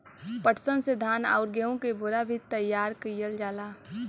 पटसन से धान आउर गेहू क बोरा भी तइयार कइल जाला